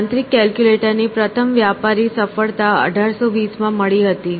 યાંત્રિક કેલ્ક્યુલેટર ની પ્રથમ વ્યાપારી સફળતા 1820 માં હતી